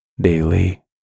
daily